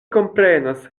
komprenas